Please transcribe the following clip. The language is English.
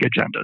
agendas